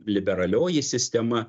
liberalioji sistema